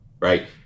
right